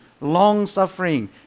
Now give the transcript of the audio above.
Long-suffering